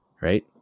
right